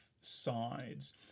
sides